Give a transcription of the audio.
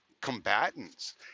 combatants